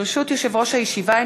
ברשות יושב-ראש הישיבה,